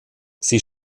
sie